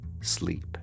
sleep